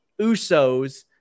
usos